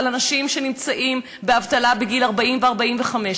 לאנשים שנמצאים באבטלה בגיל 40 ו-45,